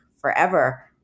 forever